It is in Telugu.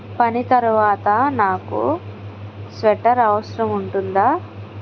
పని తరువాత నాకు స్వెటర్ అవసరం ఉంటుందా